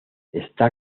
está